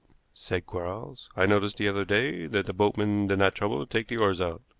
said quarles. i noticed the other day that the boatman did not trouble to take the oars out.